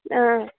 ꯑꯥ